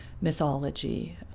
mythology